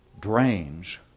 drains